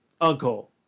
uncle